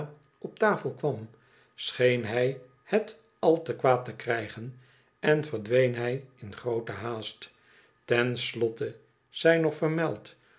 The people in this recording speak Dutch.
op tafel kwam scheen hij het al te kwaad te krijgen en verdween hij in grooten haast ten slotte zij nog vermeld